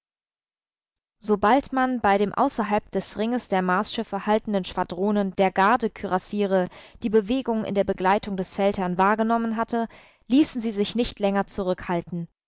sobald man bei den außerhalb des ringes der marsschiffe haltenden schwadronen der gardekürassiere die bewegung in der begleitung des feldherrn wahrgenommen hatte ließen sie sich nicht länger zurückhalten